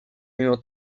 mimo